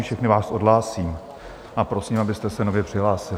Všechny vás odhlásím a prosím, abyste se nově přihlásili.